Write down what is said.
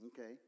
Okay